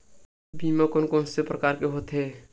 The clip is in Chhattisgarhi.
बीमा कोन कोन से प्रकार के होथे?